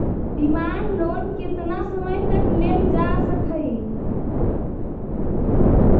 demand loan केतना समय तक लेल जा सकऽ हई